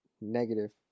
negative